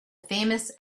famous